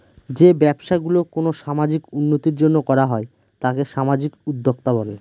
যে ব্যবসা গুলো কোনো সামাজিক উন্নতির জন্য করা হয় তাকে সামাজিক উদ্যক্তা বলে